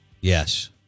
yes